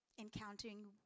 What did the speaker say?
encountering